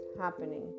happening